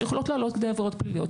שוודאי יכולות לעלות כדי עבירות פליליות,